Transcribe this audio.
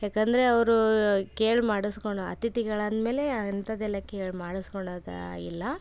ಏಕಂದ್ರೆ ಅವರು ಕೇಳಿ ಮಾಡಿಸ್ಕೊಂಡ್ ಅತಿಥಿಗಳು ಅಂದಮೇಲೆ ಅಂಥದ್ದೆಲ್ಲ ಕೇಳಿ ಮಾಡಿಸ್ಕೊಣದ ಇಲ್ಲ